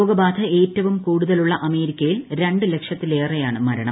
രോഗബാധ ഏറ്റവും കൂടുതലുള്ള അമേരിക്കയിൽ രണ്ട് ലക്ഷത്തിലേറെയാണ് മരണം